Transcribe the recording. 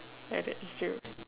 at that jail